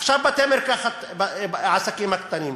עכשיו, העסקים הקטנים,